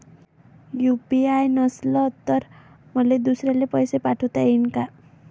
UPI नसल तर मले दुसऱ्याले पैसे पाठोता येईन का?